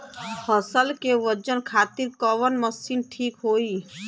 फसल के वजन खातिर कवन मशीन ठीक होखि?